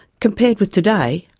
compared with today,